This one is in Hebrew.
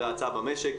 נשמע מהעסקים ונראה.